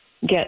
get